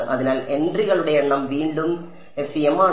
അതിനാൽ എൻട്രികളുടെ എണ്ണം വീണ്ടും FEM ആണ്